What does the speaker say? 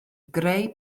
greu